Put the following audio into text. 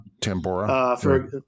Tambora